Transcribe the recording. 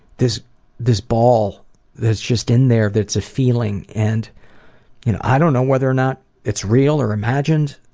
this this ball that's just in there that's a feeling and i don't know whether or not it's real or imagined,